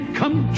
come